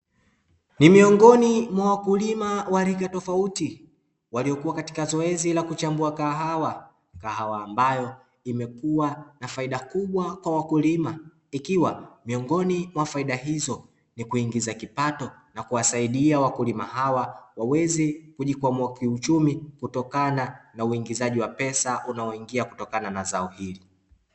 Ni miongoni mwa wakulima wa rika tofauti, waliyokuwa katika zoezi la kuchambua kahawa, kahawa ambayo imekuwa na faida kubwa kwa wakulima, ikiwa miongoni mwa faida hizo ni kuingiza kipato na kuwasaidia wakulima hawa waweze kujikwamua kiuchumi, kutokana na uingizaji wa pesa unaoingia kutokana na zao hili.